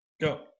go